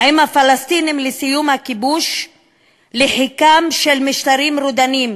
עם הפלסטינים לסיום הכיבוש לחיקם של משטרים רודניים,